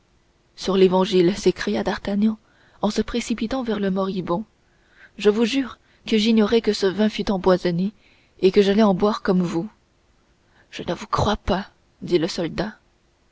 sur l'évangile s'écria d'artagnan en se précipitant vers le moribond je vous jure que j'ignorais que ce vin fût empoisonné et que j'allais en boire comme vous je ne vous crois pas dit le soldat